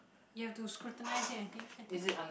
ya to scrutinise it I think I think